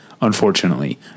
unfortunately